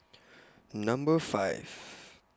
Number five